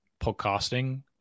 podcasting